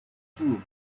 true